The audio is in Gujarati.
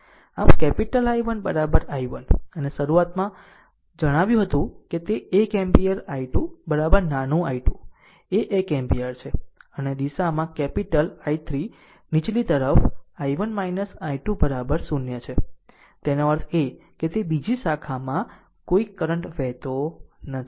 આમ કેપીટલ I1 I1 અને શરૂઆતમાં જણાવ્યું હતું કે તે 1 એમ્પીયર I2 નાનું I2 એ 1 એમ્પીયર છે અને દિશામાં કેપીટલ I3 નીચલી તરફ I1 I2 0 તેનો અર્થ એ કે તે બીજી શાખામાં કોઈ કરંટ વહેતો નથી